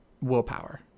willpower